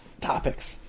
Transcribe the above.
topics